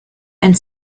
and